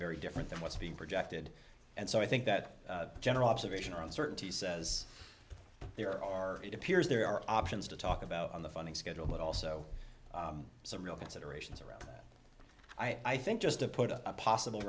very different than what's being projected and so i think that general observation around certainty says there are it appears there are options to talk about on the funding schedule but also some real considerations around i think just to put a possible